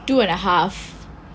two and a half